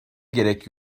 gerek